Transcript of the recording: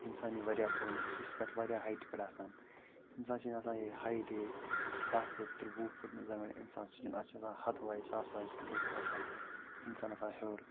اِنسان یی واریاہ بوٚن سُہ چھِ پٮ۪ٹھ واریاہ ہایٹہِ پٮ۪ٹھ آسان اِنسان چھِنہٕ آسان یہِ ہایِٹ یہ داہ فُٹ وُہ فُٹ ؤنۍ زَنہٕ وَنہِ اِنسان نہ سُہ چھِ آسان ہَتھ وایِز ساس وایِز فُٹَو پٮ۪ٹھ آسان اِنسان آسان ہیٚور